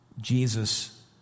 Jesus